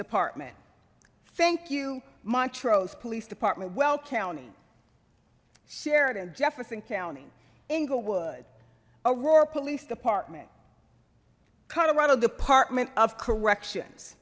department thank you montrose police department well county sheridan jefferson county inglewood aurora police department colorado department of corrections